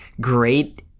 great